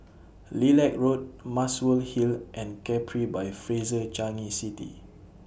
Lilac Road Muswell Hill and Capri By Fraser Changi City